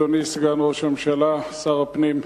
אדוני סגן ראש הממשלה ושר הפנים,